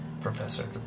Professor